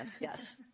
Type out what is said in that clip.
Yes